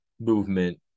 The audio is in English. movement